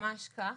ממש כך